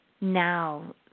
now